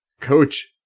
coach